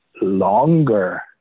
longer